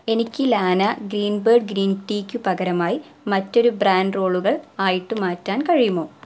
എനിക്ക് ലാനാ green bird green ടീക്ക് പകരമായി മറ്റൊരു ബ്രാൻഡ് റോളുകൾ ആയിട്ട് മാറ്റാൻ കഴിയുമോ